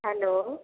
hello